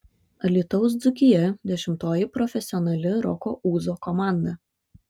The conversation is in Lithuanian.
alytaus dzūkija dešimtoji profesionali roko ūzo komanda